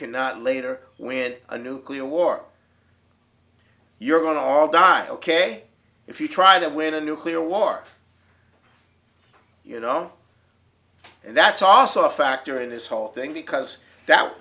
cannot later we had a nuclear war you're going to all die ok if you try to win a nuclear war you know and that's also a factor in this whole thing because that